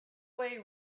way